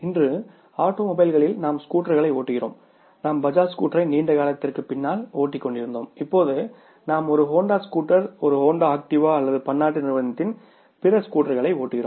இன்று ஆட்டோமொபைல்களில் நாம் ஸ்கூட்டர்களை ஓட்டுகிறோம் நாம் பஜாஜ் ஸ்கூட்டரை நீண்ட காலத்திற்கு பின்னால் ஓட்டிக்கொண்டிருந்தோம் இப்போது நாம் ஒரு ஹோண்டா ஸ்கூட்டர் ஒரு ஹோண்டா ஆக்டிவா அல்லது பன்னாட்டு நிறுவனத்தின் பிற ஸ்கூட்டர்களை ஓட்டுகிறோம்